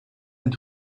and